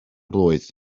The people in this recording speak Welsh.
blwydd